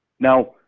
Now